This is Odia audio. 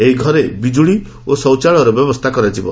ଏହି ଘରେ ବିଜୁଳି ଏବଂ ଶୌଚାଳୟର ବ୍ୟବସ୍ସା କରାଯିବ